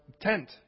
tent